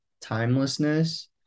timelessness